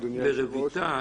רויטל,